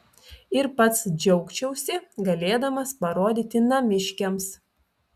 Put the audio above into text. ir pats džiaugčiausi galėdamas parodyti namiškiams